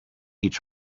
each